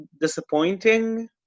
disappointing